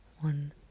one